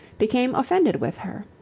became offended with her.